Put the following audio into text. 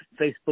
facebook